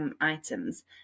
items